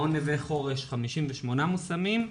מעון 'נווה חורש' 58 מושמים.